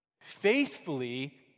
faithfully